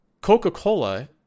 Coca-Cola